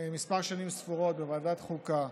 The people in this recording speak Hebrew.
שנים ספורות, בוועדת חוקה.